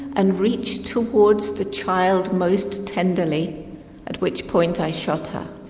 and reached towards the child most tenderly at which point i shot her.